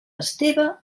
esteve